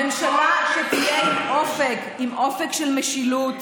ממשלה שתהיה עם אופק, עם אופק של משילות.